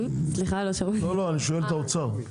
אני שואל את האוצר.